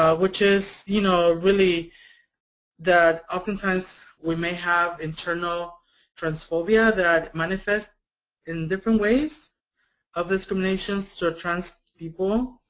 um which is you know really that oftentimes we may have internal transphobia that manifest in different ways of discriminations toward trans people.